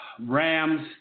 Rams